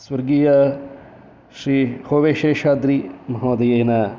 स्वर्गीयश्रीभवेशेषाद्रिमहोदयेन